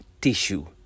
tissue